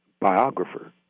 biographer